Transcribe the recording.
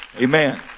Amen